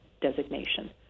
designation